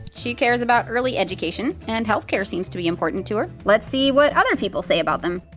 she cares about early education and healthcare seems to be important to her. let's see what other people say about them.